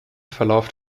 verlauf